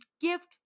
gift